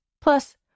Plus